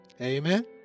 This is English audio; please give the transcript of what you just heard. Amen